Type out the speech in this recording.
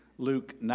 Luke